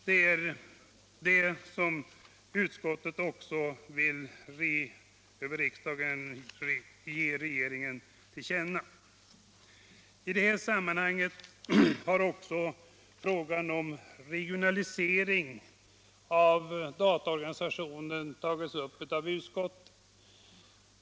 Det är det som utskottet också vill, över riksdagen, ge regeringen till känna. I det här sammanhanget har också frågan om regionalisering av dataorganisationen tagits upp av utskottet.